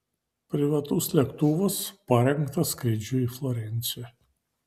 privatus lėktuvas parengtas skrydžiui į florenciją